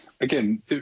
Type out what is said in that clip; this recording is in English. again